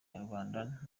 nyarwanda